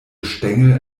stängel